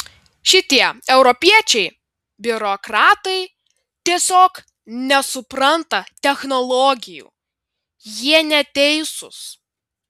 šitie europiečiai biurokratai tiesiog nesupranta technologijų jie neteisūs